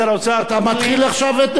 אתה מתחיל עכשיו נאום חדש.